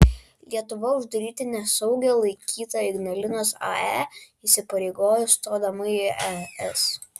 lietuva uždaryti nesaugia laikytą ignalinos ae įsipareigojo stodama į es